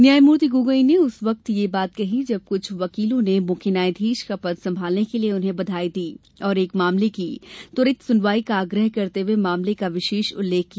न्यायमूर्ति गोगोई ने उस वक्त यह बात कही जब कुछ वकिलों ने मुख्य न्यायाधीश का पद सम्भालने के लिये उन्हें बधाई दी और एक मामले की त्वरित सुनवाई का आग्रह करते हुए मामले का विशेष उल्लेख किया